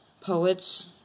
poets